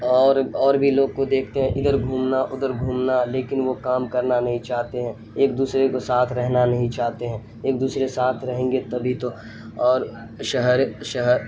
اور اور بھی لوگ کو دیکھتے ہیں ادھر گھومنا ادھر گھومنا لیکن وہ کام کرنا نہیں چاہتے ہیں ایک دوسرے کو ساتھ رہنا نہیں چاہتے ہیں ایک دوسرے ساتھ رہیں گے تبھی تو اور شہر شہر